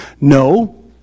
No